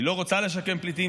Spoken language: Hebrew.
היא לא רוצה לשקם פליטים.